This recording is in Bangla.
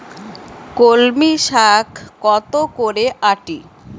কলমি শাখ কত করে আঁটি?